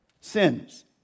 sins